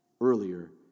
earlier